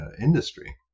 industry